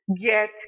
get